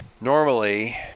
Normally